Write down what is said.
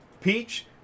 peach